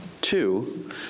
Two